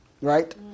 right